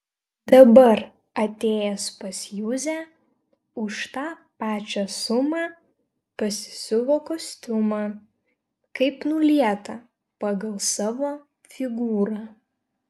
dabar atėjęs pas juzę už tą pačią sumą pasisiuvo kostiumą kaip nulietą pagal savo figūrą